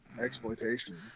exploitation